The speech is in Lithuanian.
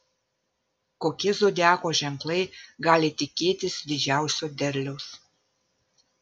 kokie zodiako ženklai gali tikėtis didžiausio derliaus